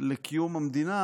לקיום המדינה